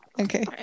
Okay